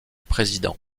président